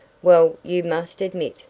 well, you must admit,